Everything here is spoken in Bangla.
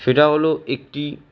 সেটা হল একটি